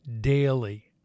daily